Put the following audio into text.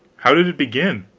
how did it begin?